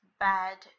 bad